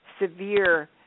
severe